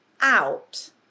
out